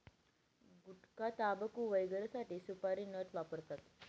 गुटखाटाबकू वगैरेसाठी सुपारी नट वापरतात